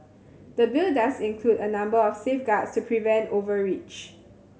the Bill does include a number of safeguards to prevent overreach